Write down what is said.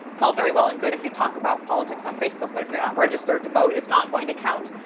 it's all very well and good if you talk about politics on facebook, but if you're not registered to vote it's not going to count.